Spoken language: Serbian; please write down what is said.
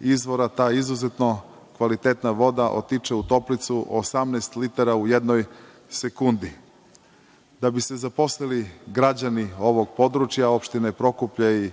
izvora, ta izuzetno kvalitetna voda otiče u Toplicu 18 litara u jednoj sekundi. Da bi se zaposlili građani ovog područja opštine Prokuplje